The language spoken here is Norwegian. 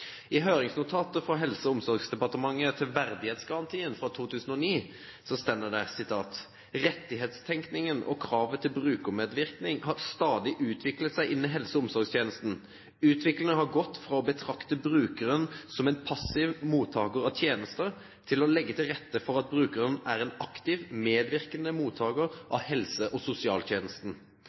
I høringsnotatet fra Helse- og omsorgsdepartementet til verdighetsgarantien fra 2009 står det: «Rettighetstenkningen og kravet til brukermedvirkning har stadig utviklet seg innen helse- og omsorgstjenesten. Utviklingen har gått fra å betrakte brukeren som en passiv mottaker av tjenester, til å legge til rette for at brukeren er en aktiv, medvirkende mottaker av helse- og sosialtjenesten.